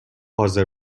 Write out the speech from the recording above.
حاضر